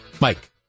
Mike